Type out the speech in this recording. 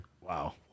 Wow